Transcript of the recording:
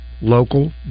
local